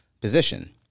position